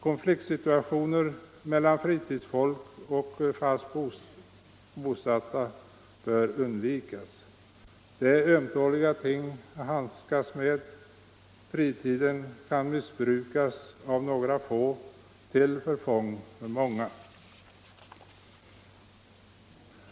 Konfliktsituationer mellan fritidsfolk och fast bosatta bör undvikas. Det är ömtåliga ting att handskas med. Fritiden kan missbrukas av några få, till förfång för många.